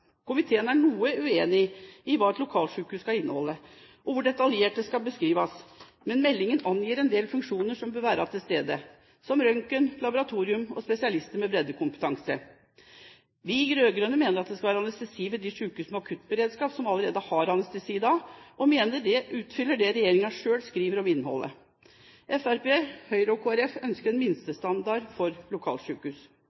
Komiteen er noe uenig i hva et lokalsykehus skal inneholde, og hvor detaljert det skal beskrives, men meldingen angir en del funksjoner som bør være til stede – som røntgen, laboratorium og spesialister med breddekompetanse. Vi i de rød-grønne mener at det skal være anestesi ved de sykehus med akuttberedskap som allerede har anestesi i dag, og mener dette utfyller det regjeringen selv skriver om innholdet. Fremskrittspartiet, Høyre og Kristelig Folkeparti ønsker en